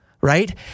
right